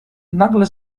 nagle